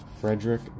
Frederick